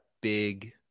big